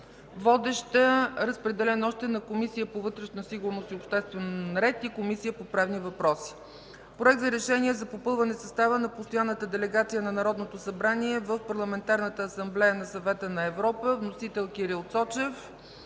съобщения. Разпределен е и на Комисията по вътрешна сигурност и обществен ред и Комисията по правни въпроси. Проект за решение за попълване състава на постоянната делегация на Народното събрание в Парламентарната асамблея на Съвета на Европа. Вносител – Кирил Цочев.